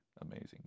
amazing